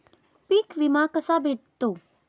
पीक विमा कसा भेटतो?